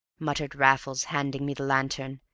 muttered raffles, handing me the lantern,